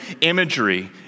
imagery